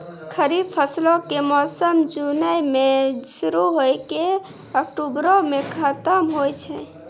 खरीफ फसलो के मौसम जूनो मे शुरु होय के अक्टुबरो मे खतम होय छै